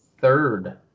third